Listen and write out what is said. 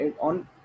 on